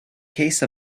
case